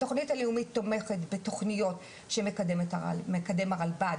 התוכנית הלאומית תומכת בתוכניות שמקדם הרלב"ד,